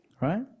Right